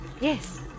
Yes